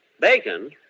Bacon